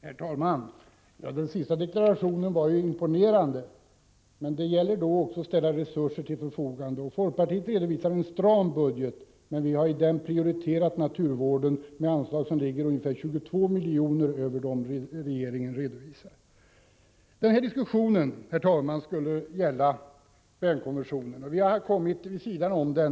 Herr talman! Den sista deklarationen var imponerande, men det gäller då också att ställa resurser till förfogande. Folkpartiet redovisar en stram budget, men vi har i den prioriterat naturvården med anslag som ligger ungefär 22 miljoner över vad regeringen redovisar. Denna diskussion, herr talman, skulle gälla Bernkonventionen, och vi har kommit vid sidan om den.